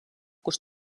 kus